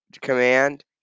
command